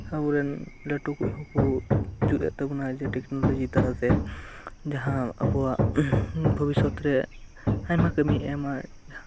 ᱟᱵᱚ ᱨᱮᱱ ᱞᱟᱹᱴᱩ ᱠᱚᱜ ᱦᱚᱸᱠᱚ ᱡᱩᱛ ᱮᱜ ᱛᱟᱵᱳᱱᱟ ᱴᱮᱠᱱᱳᱞᱚᱡᱤ ᱫᱟᱨᱟᱭ ᱛᱮ ᱡᱟᱦᱟᱸ ᱟᱵᱚᱣᱟᱜ ᱦᱟᱯᱮᱱ ᱫᱤᱱ ᱨᱮ ᱟᱭᱢᱟ ᱠᱟᱹᱢᱤ ᱮᱢᱟᱭ